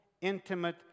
intimate